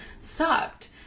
sucked